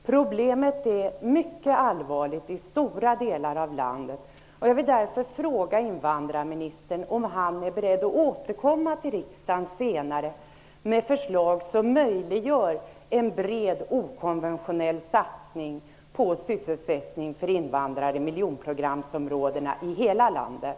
Problemet är mycket allvarligt i stora delar av landet. Jag vill därför fråga invandrarministern om han är beredd att återkomma till riksdagen senare med förslag som möjliggör en bred, okonventionell satsning på sysselsättning för invandrare i miljonprogramsområdena i hela landet.